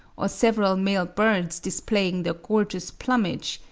or several male birds displaying their gorgeous plumage,